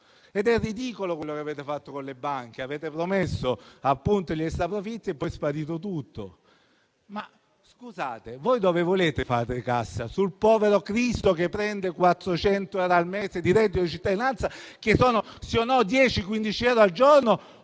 ed è ridicolo quello che avete fatto con le banche. Avete promesso appunto gli extraprofitti e poi è sparito tutto. Scusate, voi dove volete fate cassa, sul povero cristo che prende 400 euro al mese di reddito di cittadinanza, che sono appena 10 o 15 euro al giorno,